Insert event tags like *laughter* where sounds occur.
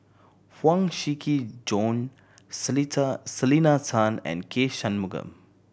Huang Shiqi Joan *unintelligible* Selena Tan and K Shanmugam